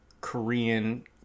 korean